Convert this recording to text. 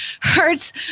hurts